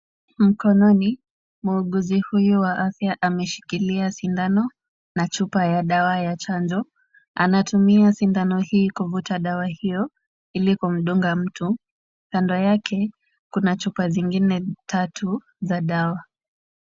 Mkononi muuguzi huyu wa afya ameshikilia sindano na chupa ya dawa ya chanjo. Anatumia sindano hii kuvuta dawa hiyo ili kumdunga mtu. Kando yake kuna chupa zingine tatu za dawa.